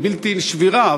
היא בלתי שבירה,